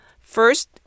first